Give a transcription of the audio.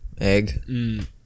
egg